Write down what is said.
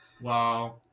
wow